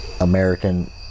American